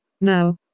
Now